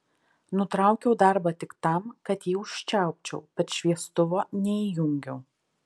nutraukiau darbą tik tam kad jį užčiaupčiau bet šviestuvo neįjungiau